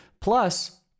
Plus